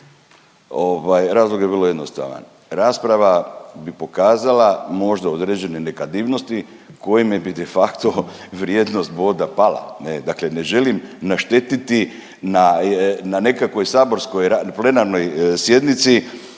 razlog je vrlo jednostavan, rasprava bi pokazala možda određene negativnosti kojima bi de facto vrijednost boda pala ne, dakle ne želim naštetiti na, na nekakvoj saborskoj plenarnoj sjednici